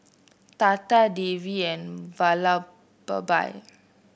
Tata Devi and Vallabhbhai